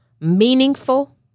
meaningful